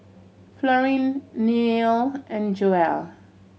Florine Neil and Joel